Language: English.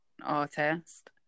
artist